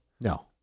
No